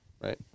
Right